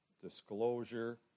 disclosure